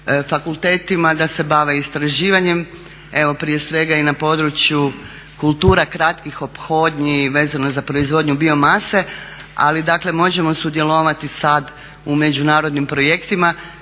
fakultetima da se bave istraživanjem. Evo prije svega i na području kultura kratkih ophodnji vezano za proizvodnju bio mase, ali dakle možemo sudjelovati sad u međunarodnim projektima,